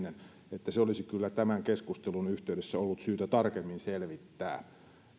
että se olisi kyllä tämän keskustelun yhteydessä ollut syytä tarkemmin selvittää